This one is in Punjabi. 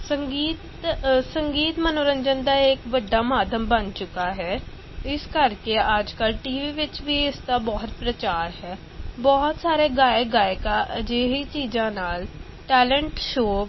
ਸੰਗੀਤ ਸੰਗੀਤ ਮਨੋਰੰਜਨ ਦਾ ਇਕ ਵੱਡਾ ਮਾਧਿਅਮ ਬਣ ਚੁੱਕਾ ਹੈ ਇਸ ਕਰਕੇ ਅੱਜ ਕੱਲ੍ਹ ਟੀ ਵੀ ਵਿੱਚ ਵੀ ਇਸ ਦਾ ਬਹੁਤ ਪ੍ਰਚਾਰ ਹੈ ਬਹੁਤ ਸਾਰੇ ਗਾਇਕ ਗਾਇਕਾਂ ਅਜਿਹੀ ਚੀਜ਼ਾਂ ਨਾਲ਼ ਟੈਲੇਂਟ ਸ਼ੋਅ